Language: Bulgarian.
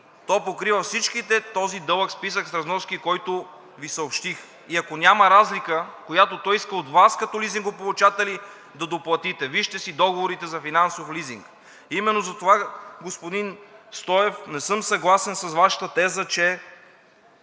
то покрива този дълъг списък с разноски, който Ви съобщих, и ако няма разлика, която той иска от Вас като лизингополучатели да доплатите. Вижте си договорите за финансов лизинг. Именно затова, господин Стоев, не съм съгласен с Вашата теза, че